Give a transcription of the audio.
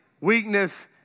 Weakness